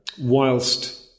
Whilst